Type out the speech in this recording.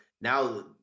now